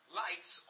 lights